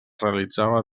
realitzava